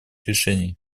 решений